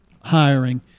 hiring